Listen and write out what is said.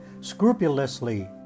scrupulously